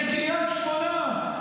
לקריית שמונה,